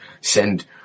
send